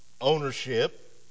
ownership